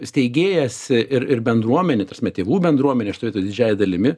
steigėjas ir ir bendruomenė ta rasme tėvų bendruomenė šitoj vietoj didžiąja dalimi